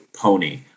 pony